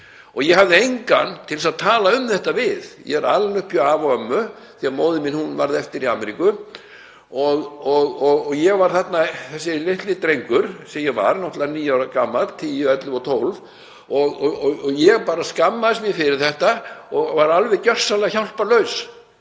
mig. Ég hafði engan til að tala um þetta við. Ég er alinn upp hjá afa og ömmu því að móðir mín varð eftir í Ameríku og ég var þarna, þessi litli drengur sem ég náttúrlega var, níu ára gamall, tíu, ellefu og tólf, og ég bara skammaðist mín fyrir þetta og var gjörsamlega hjálparlaus.